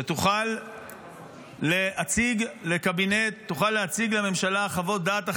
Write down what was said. שתוכל להציג לקבינט, לממשלה, חוות דעת אחרות,